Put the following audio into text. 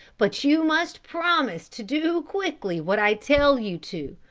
but you must promise to do quickly what i tell you to,